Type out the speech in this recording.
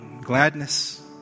gladness